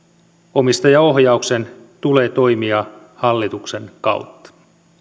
omistajaohjauksen tulee toimia hallituksen kautta